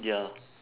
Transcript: ya